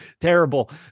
terrible